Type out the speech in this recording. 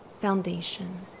foundation